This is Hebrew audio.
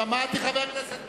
שמעתי, חבר הכנסת בר-און,